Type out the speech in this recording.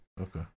okay